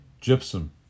Gypsum